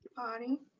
body.